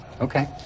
Okay